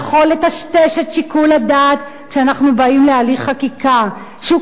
לטשטש את שיקול הדעת כשאנחנו באים להליך חקיקה שהוא כל